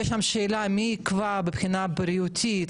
יש שם שאלה מי יקבע מבחינה בריאותי,